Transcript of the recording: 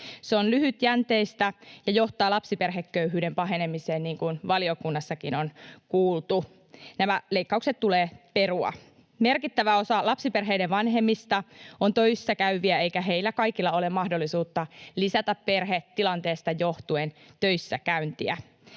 Se on lyhytjänteistä ja johtaa lapsiperheköyhyyden pahenemiseen, niin kuin valiokunnassakin on kuultu. Nämä leikkaukset tulee perua. Merkittävä osa lapsiperheiden vanhemmista on töissäkäyviä, eikä heillä kaikilla ole mahdollisuutta lisätä perhetilanteesta johtuen töissäkäyntiä.